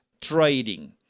trading